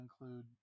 include –